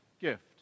gift